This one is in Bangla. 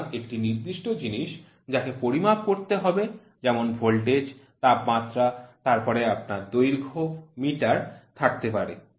সুতরাং একটি নির্দিষ্ট জিনিস যাকে পরিমাপ করতে হবে যেমন ভোল্টেজ তাপমাত্রা তারপরে আপনার দৈর্ঘ্য মিটার থাকতে পারে